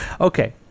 Okay